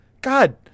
god